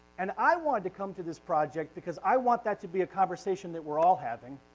and i wanted to come to this project because i want that to be a conversation that we're all having,